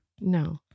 No